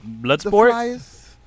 Bloodsport